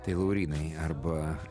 tai laurynai arba